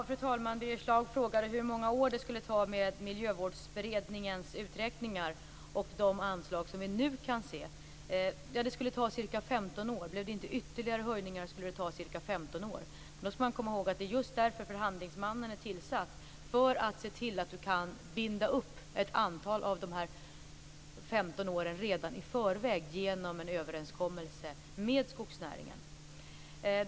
Fru talman! Birger Schlaug frågade hur många år det skulle ta med Miljövårdsberedningens uträkningar och de anslag som vi nu kan se. Om det inte blir ytterligare höjningar, skulle det ta ca 15 år. Man skall komma ihåg att förhandlingsmannen är tillsatt just för att se till att vi kan binda upp ett antal av de här 15 åren redan i förväg genom en överenskommelse med skogsnäringen.